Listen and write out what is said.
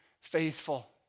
faithful